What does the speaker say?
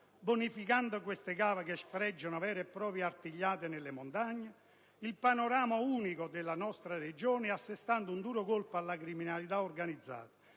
bonificando queste cave che sfregiano - vere e proprie artigliate nelle montagne - il panorama unico della nostra Regione, e assestando un duro colpo alla criminalità organizzata